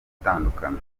gutandukana